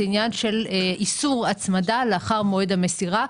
העניין של איסור הצמדה לאחר מועד המסירה.